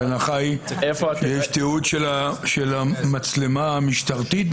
ההנחה היא שיש תיעוד של המצלמה המשטרתית.